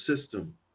system